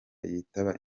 yitaba